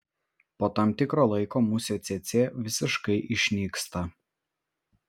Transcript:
po tam tikro laiko musė cėcė visiškai išnyksta